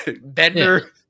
Bender